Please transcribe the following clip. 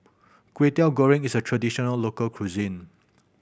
Kway Teow Goreng is a traditional local cuisine